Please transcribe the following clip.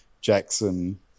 Jackson –